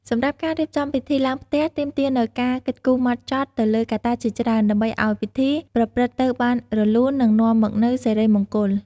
សម្រាប់ការរៀបចំពិធីឡើងផ្ទះទាមទារនូវការគិតគូរហ្មត់ចត់ទៅលើកត្តាជាច្រើន ដើម្បីឲ្យពិធីប្រព្រឹត្តទៅបានរលូន និងនាំមកនូវសិរីមង្គល។